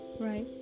right